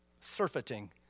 surfeiting